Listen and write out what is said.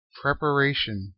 preparation